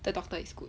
the doctor is good